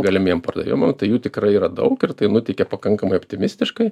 galimiem pardavimam tai jų tikrai yra daug ir tai nuteikia pakankamai optimistiškai